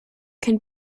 can